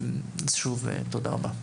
שוב, תודה רבה.